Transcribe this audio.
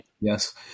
Yes